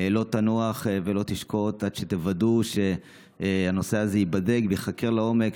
לא תנוח ולא תשקוט עד שתוודאו שהנושא הזה ייבדק וייחקר לעומק,